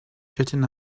jetting